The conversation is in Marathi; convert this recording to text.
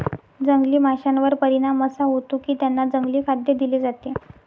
जंगली माशांवर परिणाम असा होतो की त्यांना जंगली खाद्य दिले जाते